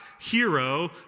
hero